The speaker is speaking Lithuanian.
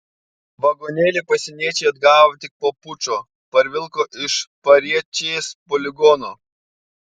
vagonėlį pasieniečiai atgavo tik po pučo parvilko iš pariečės poligono